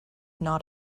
not